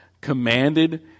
commanded